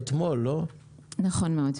נכון מאוד.